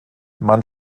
man